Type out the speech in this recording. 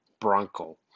Bronco